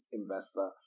investor